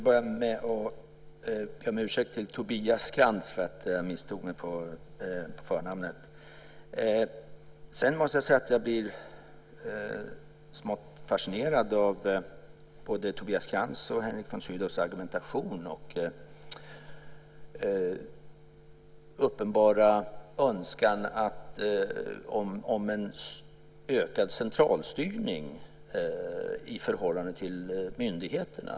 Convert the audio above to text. Herr talman! Jag måste säga att jag blir smått fascinerad av både Tobias Krantz och Henrik von Sydows argumentation och uppenbara önskan om en ökad centralstyrning i förhållande till myndigheterna.